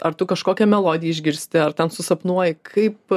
ar tu kažkokią melodiją išgirsti ar ten susapnuoji kaip